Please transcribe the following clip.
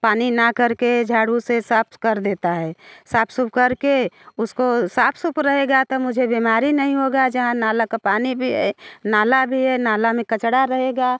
पानी ना कर के झाड़ू से साफ़ कर देता है साफ़ सूफ़ कर के उसको साफ़ सूफ़ रहेगा तो मुझे बेमारी नहीं होगी जहाँ नाले का पानी भी नाला भी है नाले में कचरा रहेगा